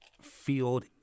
field